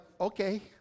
Okay